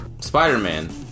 Spider-Man